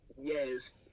Yes